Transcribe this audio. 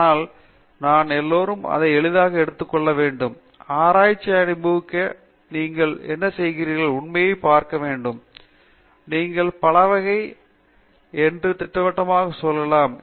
எனவே நாம் எல்லோரும் அதை எளிதாக எடுத்துக்கொள்ள வேண்டும் ஆராய்ச்சியை அனுபவிக்க வேண்டும் நீங்கள் என்ன செய்கிறீர்கள் உண்மைகளை பார்வை இழக்காதீர்கள் நீங்கள் பலவகை என்று திட்டவட்டமாகச் சொல்லலாம்